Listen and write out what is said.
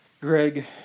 Greg